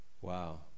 Wow